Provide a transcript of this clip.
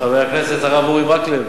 חבר הכנסת הרב מקלב,